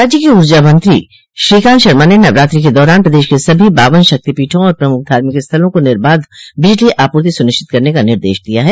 राज्य के उर्जा मंत्री श्रीकांत शर्मा ने नवरात्रि के दौरान प्रदेश के सभी बावन शक्ति पीठों और प्रमुख धार्मिक स्थलों को निर्बाध बिजली आपूर्ति सुनिश्चित करने का निर्देश दिया है